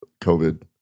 COVID